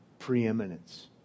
preeminence